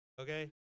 okay